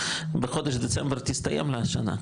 בחודש דצמבר תסתיים השנה,